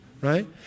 right